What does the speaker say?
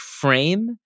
frame